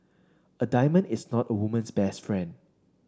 a diamond is not a woman's best friend